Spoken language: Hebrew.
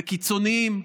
וקיצוניים,